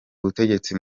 butegetsi